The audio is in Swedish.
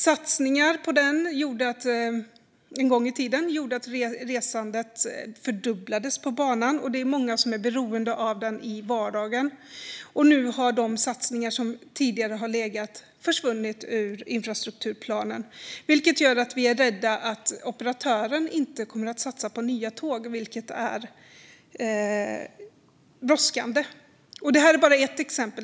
Satsningar på den en gång i tiden gjorde att resandet på banan fördubblades, och i dag är det många som är beroende av den i sin vardag. Nu har de satsningar som legat i tidigare infrastrukturplaner försvunnit. Det gör att vi är rädda att operatören inte kommer att satsa på nya tåg, vilket är brådskande. Det här är bara ett exempel.